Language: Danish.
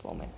formand.